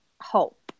hope